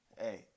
Hey